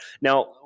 Now